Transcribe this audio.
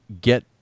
get